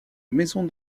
maison